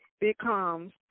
becomes